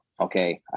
okay